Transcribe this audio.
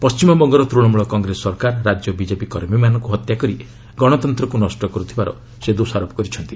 ପଣ୍ଢିମବଙ୍ଗର ଡୂଣମୂଳ କଂଗ୍ରେସ ସରକାର ରାଜ୍ୟ ବିଜେପି କର୍ମୀମାନଙ୍କୁ ହତ୍ୟାକରି ଗଣତନ୍ତ୍ରକୁ ନଷ୍ଟ କରୁଥିବାର ସେ ଦୋଷାରୋପ କରିଛନ୍ତି